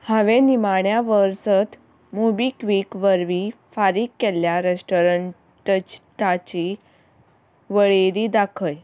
हांवें निमाण्या वर्सत मोबिक्वीक वरवीं फारीक केल्ल्या रेस्टॉरंटच टाची वळेरी दाखय